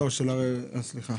סליחה.